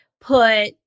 put